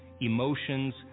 emotions